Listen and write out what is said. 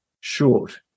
short